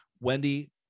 Wendy